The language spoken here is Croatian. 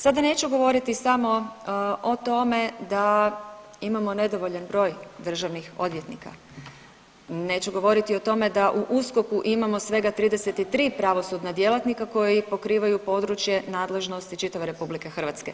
Sada neću govoriti samo o tome da imamo nedovoljan broj državnih odvjetnika, neću govoriti o tome da u USKOK-u imamo svega 33 pravosudna djelatnika koji pokrivaju područje nadležnosti čitave RH.